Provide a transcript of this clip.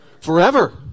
Forever